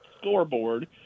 scoreboard